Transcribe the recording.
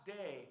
day